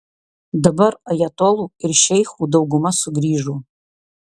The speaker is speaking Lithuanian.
dabar ajatolų ir šeichų dauguma sugrįžo